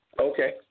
Okay